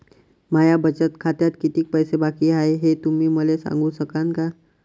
माया बचत खात्यात कितीक पैसे बाकी हाय, हे तुम्ही मले सांगू सकानं का?